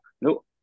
no